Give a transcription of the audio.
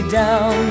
down